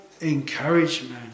encouragement